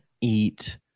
eat